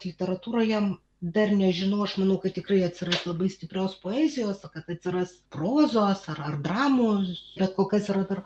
literatūroje dar nežinau aš manau kad tikrai atsiras labai stiprios poezijos kad atsiras prozos ar ar dramos bet kol kas yra dar